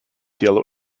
yellow